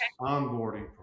onboarding